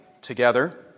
together